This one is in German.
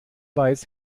weiß